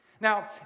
Now